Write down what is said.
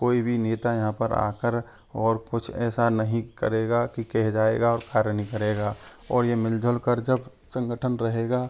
तो कोई भी नेता यहाँ पर आ कर और कुछ ऐसा नहीं करेगा कि कह जाएगा और कार्य नहीं करेगा और ये मिल जुल कर जब संगठन रहेगा